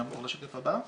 נעבור לשקף הבא.